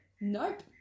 Nope